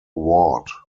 ward